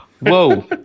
Whoa